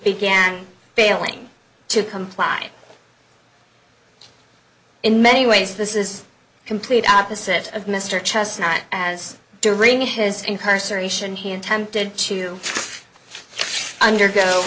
began failing to comply in many ways this is complete opposite of mr chestnut as during his incarceration he attempted to undergo